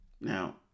Now